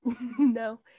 no